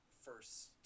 first